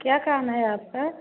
क्या काम है आपका